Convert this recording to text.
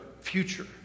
future